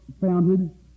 founded